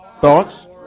Thoughts